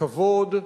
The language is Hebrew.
לכבוד.